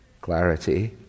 clarity